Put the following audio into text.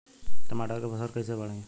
टमाटर के फ़सल कैसे बढ़ाई?